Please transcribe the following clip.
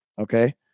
Okay